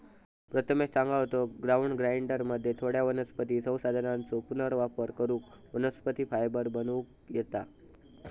प्रथमेश सांगा होतो, ग्राउंड ग्राइंडरमध्ये थोड्या वनस्पती संसाधनांचो पुनर्वापर करून वनस्पती फायबर बनवूक येता